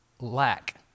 lack